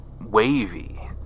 wavy